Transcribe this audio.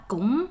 Cũng